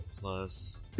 plus